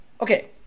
Okay